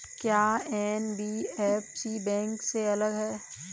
क्या NBFC bank से अलग है?